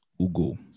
Ugo